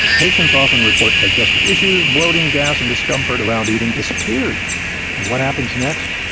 patients often report digestive issues, bloating, gas and discomfort around eating disappears and what happens next?